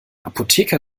apotheker